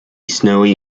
snowy